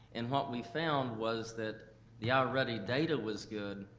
and what we found was that the ah i-ready data was good,